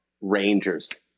rangers